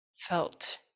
felt